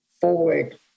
forward